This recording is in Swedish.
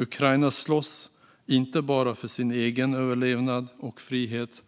Ukraina slåss inte bara för sin egen överlevnad och frihet